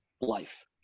life